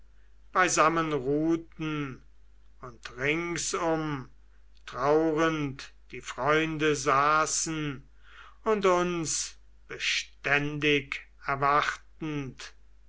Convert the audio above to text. beisammen ruhten und ringsum trauernd die freunde saßen und uns beständig erwartend